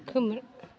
खोमोर